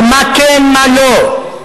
על מה כן מה לא,